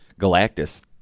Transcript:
Galactus